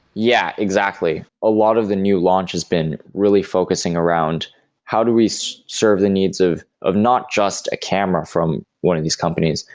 yeah, exactly. a lot of the new launch has been really focusing around how do we so serve the needs of of not just a camera from one of these companies,